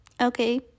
okay